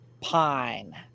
pine